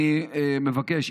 אני מבקש,